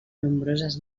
nombroses